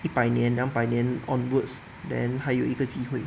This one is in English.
一百年两百年 onwards then 还有一个机会